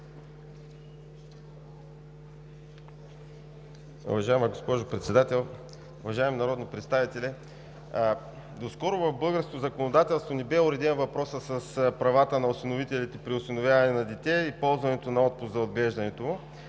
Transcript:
Уважаема госпожо Председател, уважаеми народни представители! Доскоро в българското законодателство не бе уреден въпросът с правата на осиновителите при осиновяване на дете и ползването на отпуск за отглеждането му.